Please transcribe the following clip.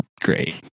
great